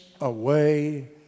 away